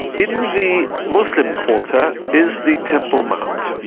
in the muslim quarter is the temple mount.